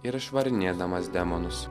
ir išvarinėdamas demonus